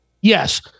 Yes